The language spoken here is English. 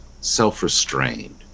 self-restrained